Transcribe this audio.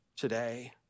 today